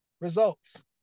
results